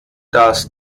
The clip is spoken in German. das